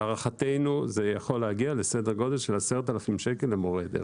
להערכתנו זה יכול להגיע לסדר גודל של 10,000 ₪ למורה דרך.